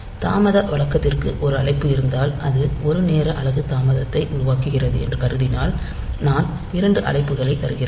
தாமத வழக்கத்திற்கு ஒரு அழைப்பு இருந்தால் அது ஒரு நேர அலகு தாமதத்தை உருவாக்குகிறது என்று கருதினால் நான் இரண்டு அழைப்புகளை தருகிறேன்